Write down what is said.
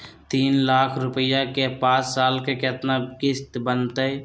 तीन लाख रुपया के पाँच साल के केतना किस्त बनतै?